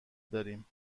داریم